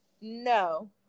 No